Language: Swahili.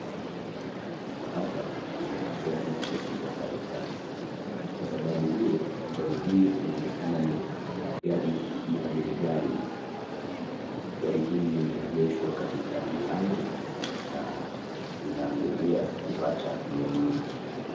Hapa Kuna gari ya kifahari sana Kwa sababu hiyo gari hi inaonekana ni gari ya bei ghali gari hili limeegeshwa Kwa mlango na ninakingojea kupata mnunuzi.